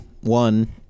one